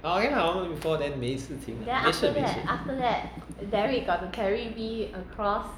ah okay lah one month before then 没事情没事没事